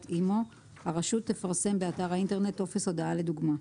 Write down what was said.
אימ"ו הרשות תפרסם באתר האינטרנט טופס הודעה לדוגמה".